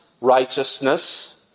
righteousness